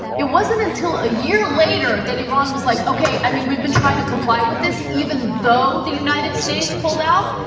it wasn't until a year later that iran was like, okay, i mean, we've been trying to comply with this even though the united states pulled out.